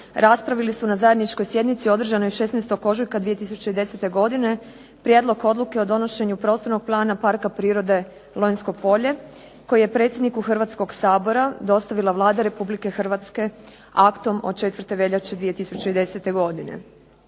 raspravili su na zajedničkoj sjednici održanoj 16. ožujka 2010. godine prijedlog odluke o donošenju prostornog plana Parka prirode Lonjsko polje koji je predsjedniku Hrvatskog sabora dostavila Vlada Republike Hrvatske aktom od 4. veljače 2010. godine.